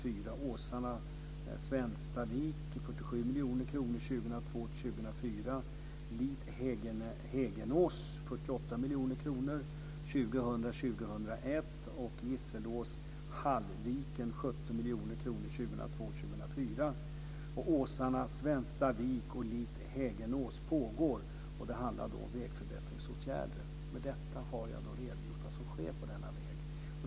I fråga om riksväg 45 mellan Mora och Orsa är det 50 miljoner kronor 2000-2001. Vid Överhogdal är det Lit-Häggenås pågår. Det handlar då om vägförbättringsåtgärder. Med detta har jag redogjort för vad som sker på denna väg.